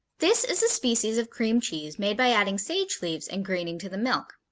this is a species of cream cheese made by adding sage leaves and greening to the milk.